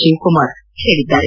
ಶಿವಕುಮಾರ್ ಹೇಳಿದ್ದಾರೆ